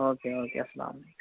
okay okay اَسلامُ علیکُم